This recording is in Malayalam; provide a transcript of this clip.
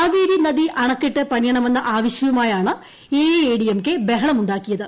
കാവേരി നദീ അണക്കെട്ട് പണിയെണമെന്ന ആവശ്യവുമായാണ് A I A D M K ബഹളം ഉ ാക്കിയത്